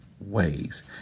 ways